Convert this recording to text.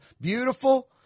beautiful